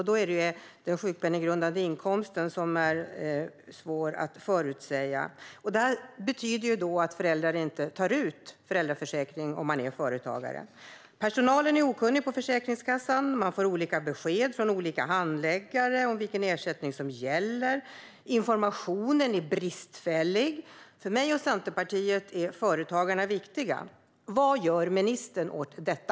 Det är den sjukpenninggrundande inkomsten som är svår att förutsäga. Detta betyder att föräldrar som är företagare inte tar ut föräldraförsäkring. Personalen på Försäkringskassan är okunnig. Man får olika besked från olika handläggare om vilken ersättning som gäller. Informationen är bristfällig. För mig och Centerpartiet är företagarna viktiga. Vad gör ministern åt detta?